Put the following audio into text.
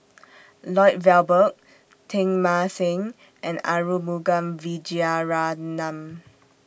Lloyd Valberg Teng Mah Seng and Arumugam Vijiaratnam